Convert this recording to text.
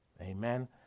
Amen